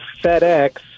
fedex